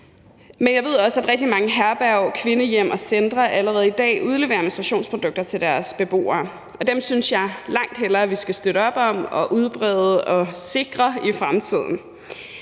Men jeg ved også, at rigtig mange herberg, kvindehjem og -centre allerede i dag udleverer menstruationsprodukter til deres beboere, og dem synes jeg langt hellere vi skal støtte op om og udbrede og sikre i fremtiden.